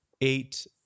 Eight